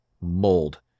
mold